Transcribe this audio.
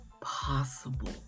possible